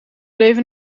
leven